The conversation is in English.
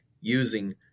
using